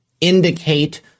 indicate